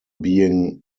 being